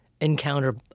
encounter